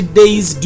days